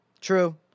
True